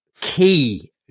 key